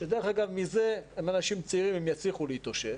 שדרך אגב הם אנשים צעירים ומזה הם יצליחו להתאושש,